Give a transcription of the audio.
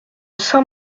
saint